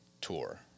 tour